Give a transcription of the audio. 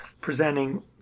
presenting